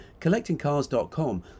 CollectingCars.com